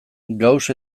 gauss